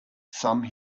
some